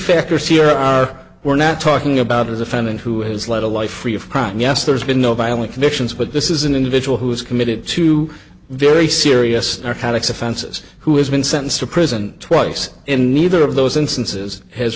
here are we're not talking about a defendant who has led a life free of crime yes there's been no violent convictions but this is an individual who is committed to very serious offenses who has been sentenced to prison twice in neither of those instances has